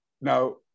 Now